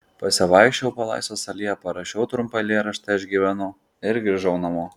pasivaikščiojau po laisvės alėją parašiau trumpą eilėraštį aš gyvenu ir grįžau namo